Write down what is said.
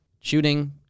shooting